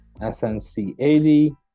SNC80